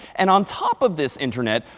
and on top of this internet,